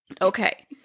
Okay